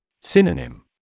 Synonym